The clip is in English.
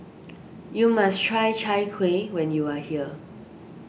you must try Chai Kueh when you are here